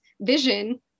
vision